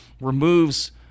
removes